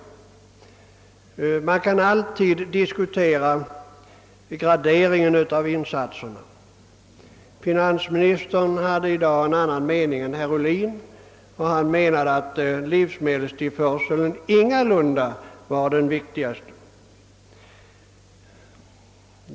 Man kan alltid diskutera graderingen av insatserna. Finansministern hade i dag en annan mening än herr Ohlin och hävdade att livsmedelstillförseln ingalunda var viktigast.